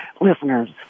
listeners